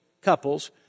couples